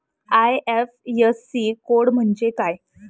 IFSC code म्हणजे काय?